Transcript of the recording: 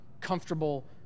comfortable